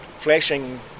flashing